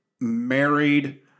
married